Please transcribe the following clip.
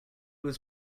was